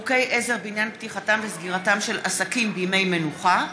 (חוקי עזר בעניין פתיחתם וסגירתם של עסקים בימי מנוחה),